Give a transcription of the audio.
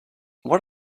what